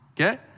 okay